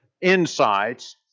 insights